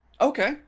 okay